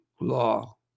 law